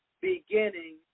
beginning